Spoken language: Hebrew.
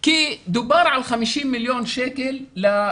כי דובר על 50 מיליון למחשבים,